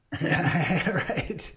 Right